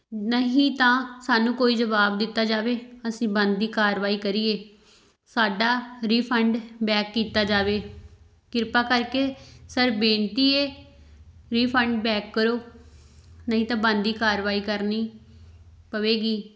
ਨਹੀਂ ਤਾਂ ਸਾਨੂੰ ਕੋਈ ਜਵਾਬ ਦਿੱਤਾ ਜਾਵੇ ਅਸੀਂ ਬਣਦੀ ਕਾਰਵਾਈ ਕਰੀਏ ਸਾਡਾ ਰਿਫੰਡ ਬੈਕ ਕੀਤਾ ਜਾਵੇ ਕਿਰਪਾ ਕਰਕੇ ਸਰ ਬੇਨਤੀ ਹੈ ਰੀਫੰਡ ਬੈਕ ਕਰੋ ਨਹੀਂ ਤਾਂ ਬਣਦੀ ਕਾਰਵਾਈ ਕਰਨੀ ਪਵੇਗੀ